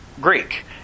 Greek